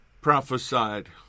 prophesied